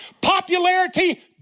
Popularity